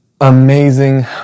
amazing